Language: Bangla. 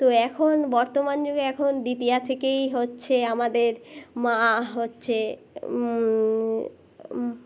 তো এখন বর্তমান যুগে এখন দ্বিতীয়া থেকেই হচ্ছে আমাদের মা হচ্ছে